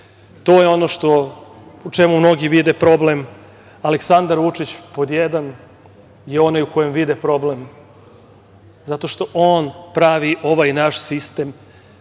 to je ono u čemu mnogi vide problem, Aleksandar Vučić pod jedan, je onaj u kojem vide problem, zato što on pravi ovaj naš sistem